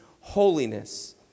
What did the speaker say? holiness